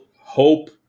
hope